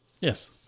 Yes